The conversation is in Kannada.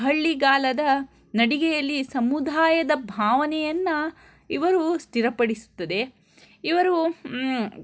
ಹಳ್ಳಿಗಾಲದ ನಡಿಗೆಯಲ್ಲಿ ಸಮುದಾಯದ ಭಾವನೆಯನ್ನು ಇವರು ಸ್ಥಿರಪಡಿಸುತ್ತದೆ ಇವರು